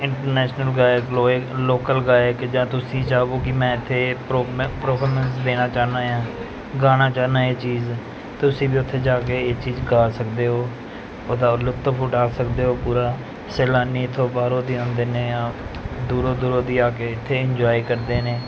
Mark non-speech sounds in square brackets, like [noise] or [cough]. international ਗਾਇਕ ਲੋਇ local ਗਾਇਕ ਜਾਂ ਤੁਸੀਂ ਚਾਹੋ ਕਿ ਮੈਂ ਇੱਥੇ [unintelligible] ਪਰੋਫੋਰਮੈਸ ਦੇਣਾ ਚਾਹੁੰਦਾ ਹਾਂ ਗਾਉਣਾ ਚਾਹੁੰਦਾ ਇਹ ਚੀਜ਼ ਤੁਸੀਂ ਵੀ ਉੱਥੇ ਜਾ ਕੇ ਇਹ ਚੀਜ਼ ਗਾ ਸਕਦੇ ਹੋ ਉਹਦਾ ਲੁਤਫ ਉਠਾ ਸਕਦੇ ਹੋ ਪੂਰਾ ਸੈਲਾਨੀ ਇੱਥੋਂ ਬਾਹਰੋਂ ਦੀ ਆਉਂਦੇ ਨੇ ਆ ਦੂਰੋਂ ਦੂਰੋਂ ਦੀ ਆ ਕੇ ਇੱਥੇ ਇੰਜੋਏ ਕਰਦੇ ਨੇ